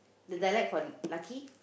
the dialect for lucky